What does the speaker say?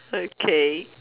okay